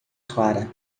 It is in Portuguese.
clara